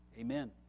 Amen